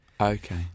Okay